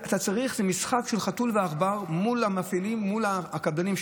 זה משחק של חתול ועכבר מול המפעילים ומול הקבלנים,